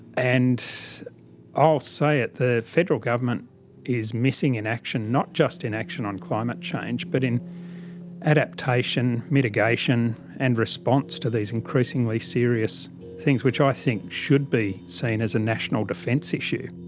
and i'll say it, the federal government is missing in action, not just in action on climate change but in adaptation, mitigation and response to these increasingly serious things which i think should be seen as a national defense issue.